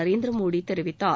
நரேந்திரமோடி தெரிவித்தார்